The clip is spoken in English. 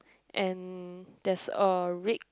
and there's a red